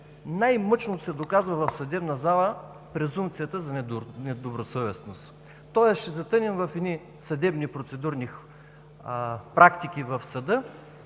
Най-мъчно се доказва в съдебна зала презумпцията за недобросъвестност. Тоест ще затънем в едни съдебни процедурни практики в съда